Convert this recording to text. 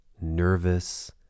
nervous